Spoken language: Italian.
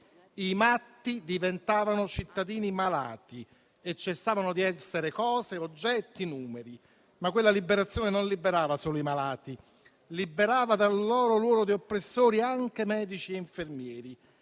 I matti diventavano cittadini malati e cessavano di essere cose, oggetti, numeri. Ma quella liberazione non liberava solo i malati: liberava dal loro ruolo di oppressori anche medici e infermieri